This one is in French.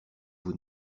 vous